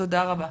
תודה רבה,